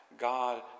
God